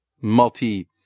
multi